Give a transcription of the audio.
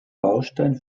baustein